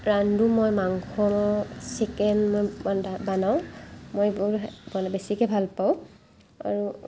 ৰান্ধোঁ মই মাংস চিকেন ৰন্ধা বনাওঁ মই বহুত মানে বেছিকৈ ভাল পাওঁ